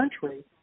country